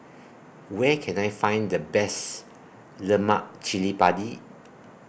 Where Can I Find The Best Lemak Cili Padi